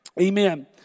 Amen